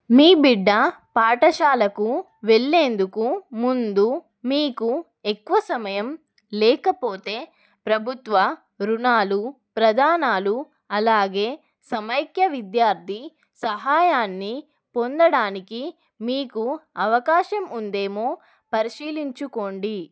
మీ బిడ్డ పాఠశాలకు వెళ్ళేందుకు ముందు మీకు ఎక్కువ సమయం లేకపోతే ప్రభుత్వ రుణాలు ప్రదానాలు అలాగే సమైక్య విద్యార్థి సహాయాన్ని పొందడానికి మీకు అవకాశం ఉందేమో పరిశీలించుకోండి